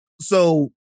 So-